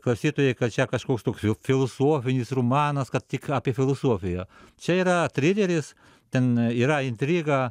klausytojai kad čia kažkoks toks filosofinis romanas kad tik apie filosofiją čia yra trileris ten yra intriga